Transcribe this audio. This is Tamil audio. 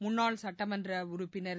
முன்னாள் சட்டமன்ற உறுப்பினர் திரு